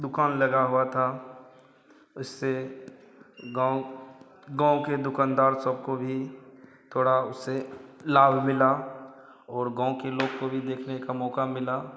दुकानें लगी हुई था उससे गाँव गाँव के दुकनदार सब को भी थोड़ा उससे लाभ मिला और गाँव के लोग को भी देखने का मौक़ा मिला